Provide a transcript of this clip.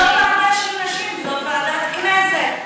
זו לא ועדה של נשים, זו ועדת כנסת.